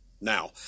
Now